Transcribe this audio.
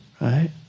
right